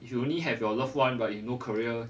if you only have your loved one but you no career